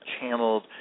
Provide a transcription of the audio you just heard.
channeled